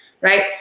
right